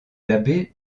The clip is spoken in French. l’abbé